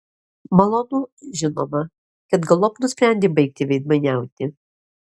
malonu žinoma kad galop nusprendei baigti veidmainiauti